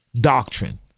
doctrine